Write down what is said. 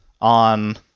on